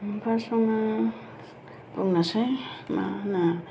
फार्स्तआवनो बुंनोसै मा होनो